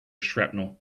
shrapnel